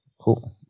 cool